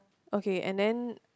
okay and then